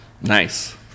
Nice